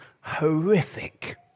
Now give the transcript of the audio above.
horrific